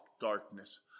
darkness